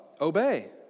obey